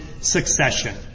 succession